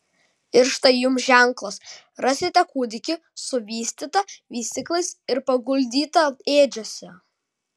ir štai jums ženklas rasite kūdikį suvystytą vystyklais ir paguldytą ėdžiose